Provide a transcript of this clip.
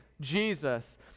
Jesus